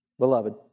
Beloved